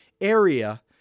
area